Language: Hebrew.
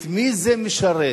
את מי זה משרת?